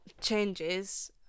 changes